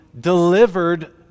delivered